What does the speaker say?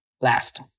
Last